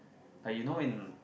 like you know in